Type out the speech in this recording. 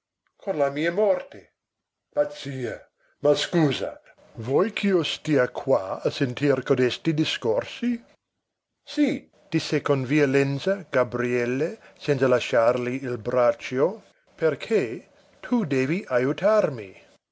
con la mia morte pazzie ma scusa vuoi ch'io stia qua a sentir codesti discorsi sì disse con violenza gabriele senza lasciargli il braccio perché tu devi ajutarmi